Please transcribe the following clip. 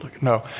No